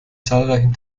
zahlreichen